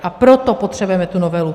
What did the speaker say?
A proto potřebujeme tu novelu.